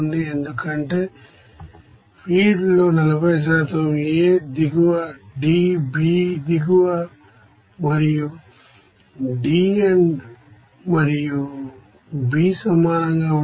ఎందుకంటే ఫీడ్ లో 40 A దిగువ D B దిగువ మరియు D మరియు B సమానంగా ఉంటాయి